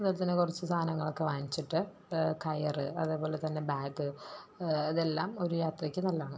അതുപോലെ തന്നെ കുറച്ച് സാധനങ്ങൾ ഒക്കെ വാങ്ങിച്ചിട്ട് കയറ് അതേ പോലെ തന്നെ ബാഗ് ഇതെല്ലാം ഒരു യാത്രയ്ക്ക് നല്ലത് ആണ്